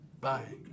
bye